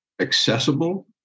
accessible